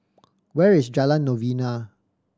where is Jalan Novena